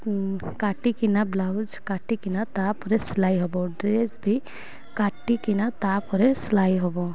କାଟିକିନା blouse କାଟିକିନା ତା'ପରେ ସିଲେଇ ହବ ଡ୍ରେସ୍ ବି କାଟିକିନା ତା'ପରେ ସିଲେଇ ହବ